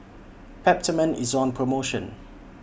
Peptamen IS on promotion